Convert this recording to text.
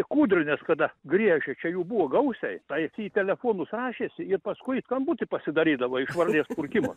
kūdrinės kada griežia čia jų buvo gausiai tai į telefonus rašėsi ir paskui skambutį pasidarydavo iš varlės kurkimo